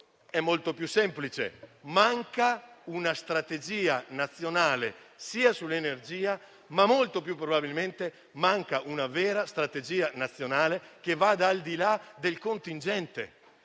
è molto più semplice: manca una strategia nazionale sull'energia; molto più probabilmente, manca una vera strategia nazionale che vada al di là del contingente.